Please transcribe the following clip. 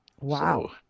Wow